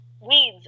weeds